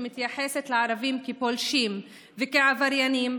שמתייחסת לערבים כפולשים וכעבריינים,